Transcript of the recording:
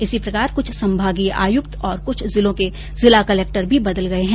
इसी प्रकार कुछ संभागीय आयुक्त और कुछ जिलों के जिला कलक्टर भी बदले गये है